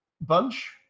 bunch